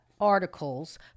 articles